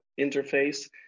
interface